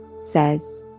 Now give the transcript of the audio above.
says